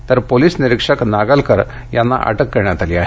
तर पोलिस निरीक्षक नागलकर यांना अटक करण्यात आली आहे